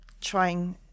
trying